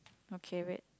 okay wait